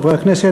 חברי הכנסת,